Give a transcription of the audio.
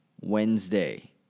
Wednesday